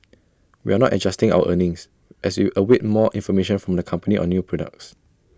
we are not adjusting our earnings as we await more information from the company on new products